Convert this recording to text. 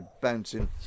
bouncing